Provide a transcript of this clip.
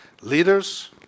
leaders